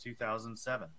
2007